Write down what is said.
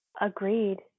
agreed